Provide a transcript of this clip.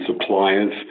suppliers